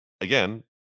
again